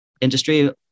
industry